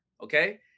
okay